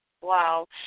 Wow